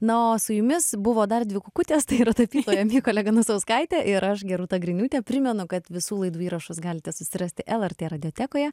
na o su jumis buvo dar dvi kukutės tai yra tapytoja mykolė ganusauskaitė ir aš gerūta griniūtė primenu kad visų laidų įrašus galite susirasti lrt radiotekoje